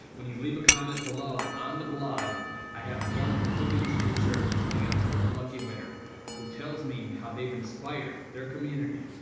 when you leave a comment below on the blog i have one kuving's juicer coming out to one lucky winner who tells me how they've inspired their community,